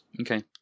Okay